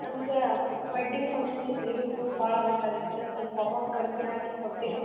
ನಮ್ಗೆ wedding function ಇತ್ರಿ ಹೂವು ಭಾಳ ಬೇಕಾಗಿತ್ತು ಸ್ವಲ್ಪ ಅಮೌಂಟ್ ಕಡ್ಮೆ ಹಾಕಿ ಕೊಡ್ತಿರಿ